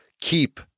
keep